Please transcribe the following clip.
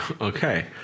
Okay